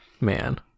man